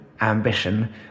ambition